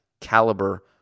caliber